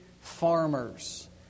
farmers